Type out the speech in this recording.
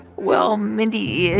well, mindy,